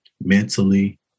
mentally